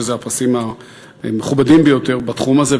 שאלה הפרסים המכובדים ביותר בתחום הזה,